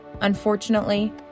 Unfortunately